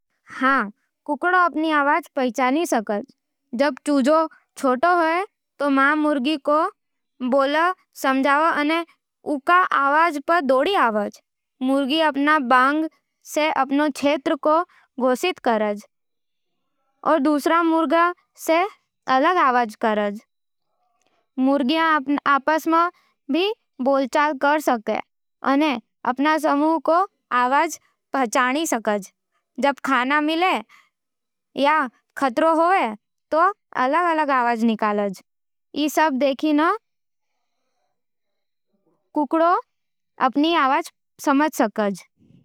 हाँ, कुक्कड़ अपन आवाज पहाचानी सकज। जब चूजा छोटो होवे, तो माँ मुर्गी को बोल समझे अने उँका आवाज पे दौड़े आवज| मुर्गा अपन बांग से अपन क्षेत्र को घोसित करवे अने दूसरां मुर्गां से अलग आवाज करवे। मुर्गियां आपस मं भी बोलचाल कर सके अने अपन समूह को आवाज पहचान सके। जब खाना मिले या खतरो होवे, तो अलग-अलग आवाज निकालज। ई सब दिखाकी कुक्कड़ अपन आवाज समझ सके।